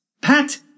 Pat